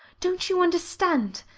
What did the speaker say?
don't you understand?